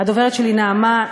הדוברת שלי נעמה,